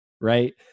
right